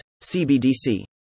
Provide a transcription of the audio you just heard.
CBDC